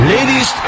Ladies